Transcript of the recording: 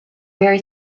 very